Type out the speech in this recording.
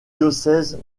diocèse